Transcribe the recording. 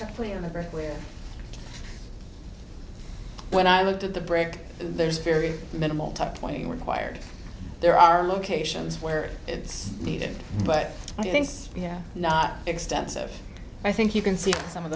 to play on the earth where when i looked at the brick there's very minimal top twenty were fired there are locations where it's needed but i do things here not extensive i think you can see some of